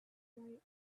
right